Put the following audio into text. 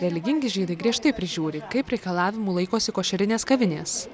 religingi žydai griežtai prižiūri kaip reikalavimų laikosi košerinės kavinės